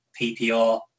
PPR